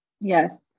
Yes